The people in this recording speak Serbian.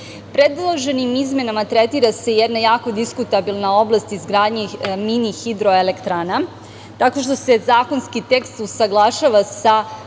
zemlju. Predloženim izmenama tretira se jedna jako diskutabilna oblast izgradnji mini hidroelektrana, tako što se zakonski tekst usaglašava sa